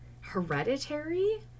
hereditary